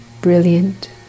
brilliant